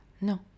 no